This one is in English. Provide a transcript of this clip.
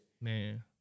Man